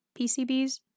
pcbs